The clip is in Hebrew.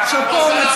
שאפו.